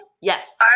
yes